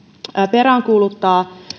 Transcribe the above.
peräänkuuluttaa